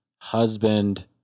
husband